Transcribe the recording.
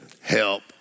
Help